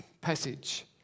passage